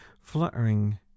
fluttering